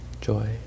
joy